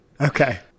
Okay